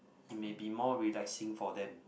it may be more relaxing for them